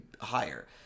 higher